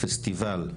פסטיבל,